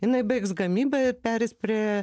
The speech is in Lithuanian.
jinai baigs gamybą ir pereis prie